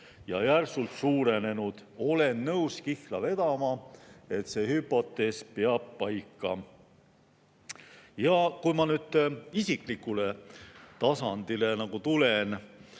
ja järsult suurenenud. Olen nõus kihla vedama, et see hüpotees peab paika. Kui ma nüüd isiklikule tasandile tulen,